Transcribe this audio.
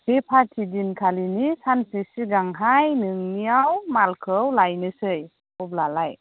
बे पार्टि दिनखालिनि सानसे सिगांहाय नोंनियाव मालखौ लायनोसै अब्लालाय